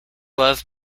love